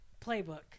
playbook